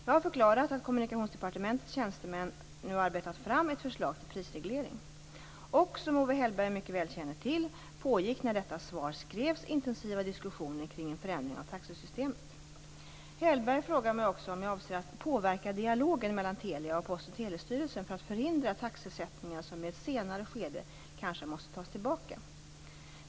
Jag har förklarat att Kommunikationsdepartementets tjänstemän nu arbetat fram ett förslag till prisreglering. Som Owe Hellberg mycket väl känner till pågick också när detta svar skrevs intensiva diskussioner kring en förändring av taxesystemet. Hellberg frågar mig också om jag avser att påverka dialogen mellan Telia och Post och telestyrelsen för att förhindra taxesättningar som i ett senare skede kanske måste tas tillbaka.